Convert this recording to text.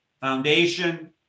Foundation